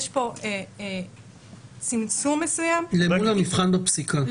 יש פה צמצום מסוים --- למול המבחן בפסיקה,